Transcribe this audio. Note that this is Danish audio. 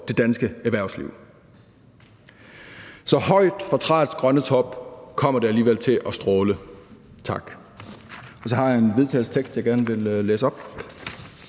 det danske erhvervsliv. Så højt fra træets grønne top kommer det alligevel til at stråle – tak! Så har jeg et forslag til vedtagelse, jeg gerne vil læse op